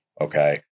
Okay